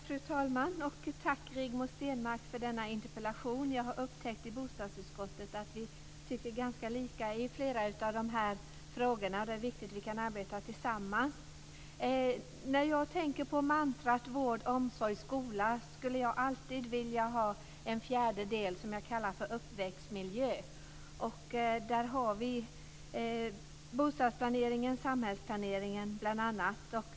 Fru talman! Jag vill tacka Rigmor Stenmark för denna interpellation. Jag har upptäckt i bostadsutskottet att vi tycker ganska lika i flera av de här frågorna. Det är viktigt att vi kan arbeta tillsammans. När jag tänker på mantrat vård, omsorg, skola skulle jag alltid vilja ha med en fjärde del, som jag kallar för uppväxtmiljö. Där har vi bl.a. bostadsplaneringen och samhällsplaneringen.